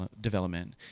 development